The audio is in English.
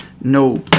no